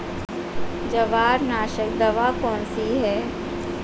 जवारनाशक दवा कौन सी है?